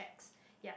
yup